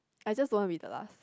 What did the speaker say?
I just don't want to be the last